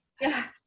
Yes